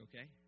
okay